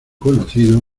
conocido